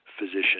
physician